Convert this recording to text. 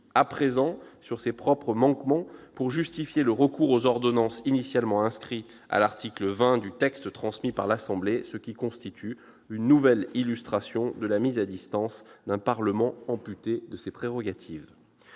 à présent sur ses propres manquements pour justifier le recours aux ordonnances initialement inscrit à l'article 20 du texte transmis par l'Assemblée nationale, ce qui constitue une nouvelle illustration de la mise à distance d'un parlement amputé de ses prérogatives.